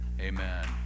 Amen